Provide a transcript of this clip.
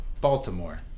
Baltimore